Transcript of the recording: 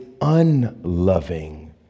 unloving